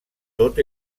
tot